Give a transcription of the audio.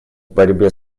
борьбе